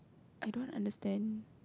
I don't understand